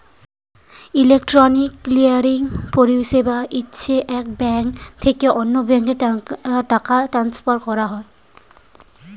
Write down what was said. electronic clearing পরিষেবা হচ্ছে এক ব্যাঙ্ক থেকে অন্য ব্যাঙ্কে টাকা ট্রান্সফার করা